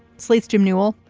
slate's jim newell,